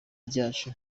ryacu